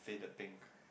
faded pink